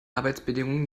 arbeitsbedingungen